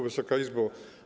Wysoka Izbo!